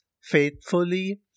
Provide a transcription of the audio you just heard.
faithfully